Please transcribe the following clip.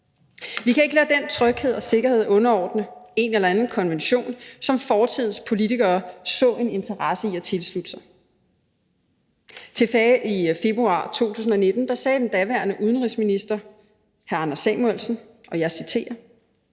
Vi kan ikke lade den tryghed og sikkerhed være underordnet en eller anden konvention, som fortidens politikere så en interesse i at tilslutte sig. Tilbage i februar 2019 sagde den daværende udenrigsminister, hr. Anders Samuelsen: »Danmark